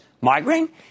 migraine